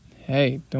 Hey